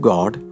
God